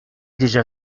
déjà